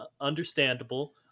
understandable